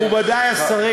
מכובדי השרים,